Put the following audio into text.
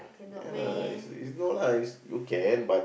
ya lah is is no lah is you can but